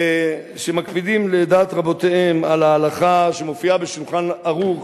שמקפידים לדעת רבותיהם על ההלכה שמופיעה ב"שולחן ערוך",